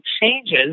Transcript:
changes